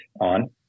on